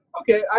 okay